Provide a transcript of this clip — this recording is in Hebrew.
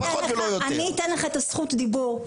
אני אתן לך את זכות הדיבור.